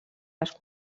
les